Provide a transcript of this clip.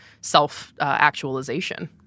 self-actualization